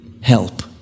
help